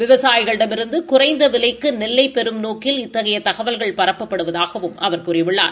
விவசாயிகளிடமிருந்து குறைந்த விலைக்கு நெல்லை பெரும் நோக்கில் இத்தகைய தகவல்கள் பரப்பப்படுபவதாகவும் அவர் கூறியுள்ளார்